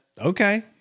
okay